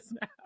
now